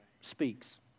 speaks